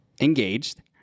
engaged